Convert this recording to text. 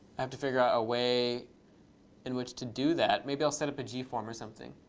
have to figure out a way in which to do that. maybe i'll set up a g form or something.